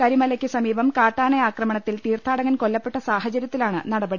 കരിമലയ്ക്ക് സമീപം കാട്ടാന ആക്രമ ണത്തിൽ തീർത്ഥാടകൻ കൊല്ലപ്പെട്ട സാഹചര്യത്തിലാണ് നടപ ടി